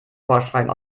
vorschreiben